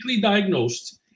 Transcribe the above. diagnosed